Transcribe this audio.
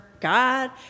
God